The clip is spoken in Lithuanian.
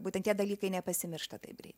būtent tie dalykai nepasimiršta taip greit